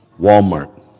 Walmart